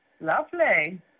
Lovely